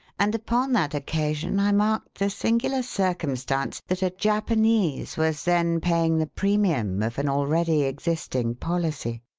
and upon that occasion i marked the singular circumstance that a japanese was then paying the premium of an already existing policy.